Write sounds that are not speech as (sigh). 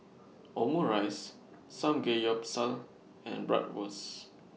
(noise) Omurice Samgeyopsal and Bratwurst